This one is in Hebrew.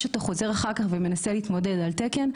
כשאתה חוזר אחר כך ומנסה להתמודד על תקן,